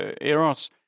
errors